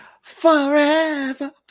forever